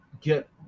get